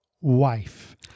wife